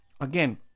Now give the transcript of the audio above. again